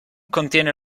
contiene